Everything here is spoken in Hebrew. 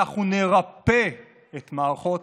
אנחנו נרפא את מערכות